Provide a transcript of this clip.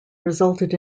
resulted